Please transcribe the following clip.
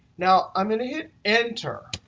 now, i'm going to hit enter,